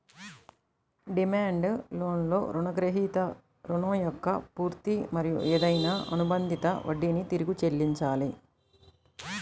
demand లోన్లో రుణగ్రహీత రుణం యొక్క పూర్తి మరియు ఏదైనా అనుబంధిత వడ్డీని తిరిగి చెల్లించాలి